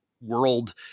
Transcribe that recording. world